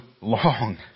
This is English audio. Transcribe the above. long